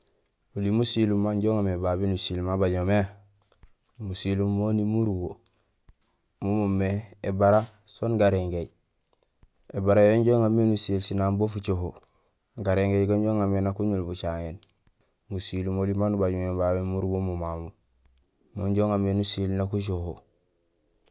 Oli musilum maan inja uŋamé babé miin usiil ma bajo mé, musilum moni murubo: mom moomé ébara sén garingééj. Ēbara yo inja uŋamé miin usiil sinaaŋ bu fucoho, garingééj go inja uŋamé nak uñul bucaŋéén. Musilum oli may ubaaj mé babé murubo mo mamu. Mo inja uŋamé nusiil nak ucoho.